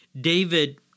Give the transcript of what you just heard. David